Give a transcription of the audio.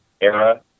era